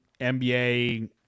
NBA